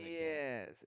Yes